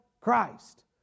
Christ